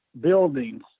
buildings